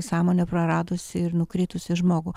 sąmonę praradusį ir nukritusį žmogų